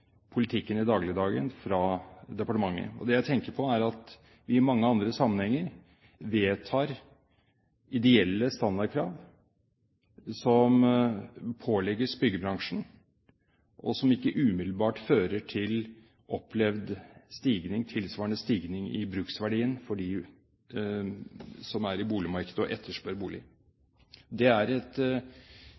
politikken i hverdagen fra departementet. Det jeg tenker på, er at vi i mange andre sammenhenger vedtar ideelle standardkrav som pålegges byggebransjen, og som ikke umiddelbart fører til tilsvarende stigning i bruksverdien for dem som er i markedet og etterspør boliger. Det er et